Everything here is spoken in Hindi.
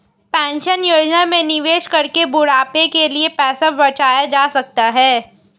पेंशन योजना में निवेश करके बुढ़ापे के लिए पैसा बचाया जा सकता है